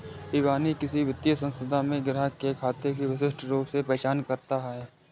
इबानी किसी वित्तीय संस्थान में ग्राहक के खाते की विशिष्ट रूप से पहचान करता है